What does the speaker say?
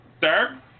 Sir